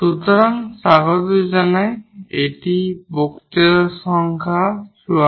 সুতরাং স্বাগত জানাই এই বক্তৃতা সংখ্যা 54